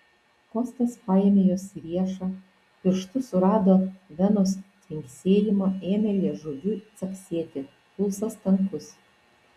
kostas paėmė jos riešą pirštu surado venos tvinksėjimą ėmė liežuviu caksėti pulsas tankus